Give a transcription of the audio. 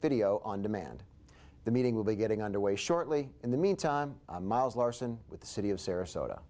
video on demand the meeting will be getting under way shortly in the mean time miles larson with the city of sarasota